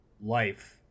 life